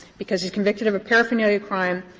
because he's convicted of a paraphernalia crime,